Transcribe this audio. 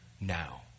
now